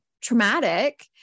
traumatic